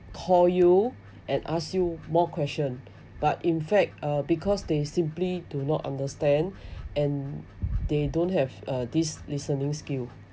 call you and ask you more question but in fact uh because they simply do not understand and they don't have uh this listening skill